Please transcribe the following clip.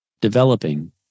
developing